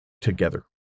together